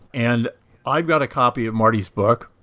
and i've got a copy of marty's book.